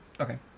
okay